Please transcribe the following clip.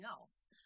else